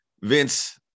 Vince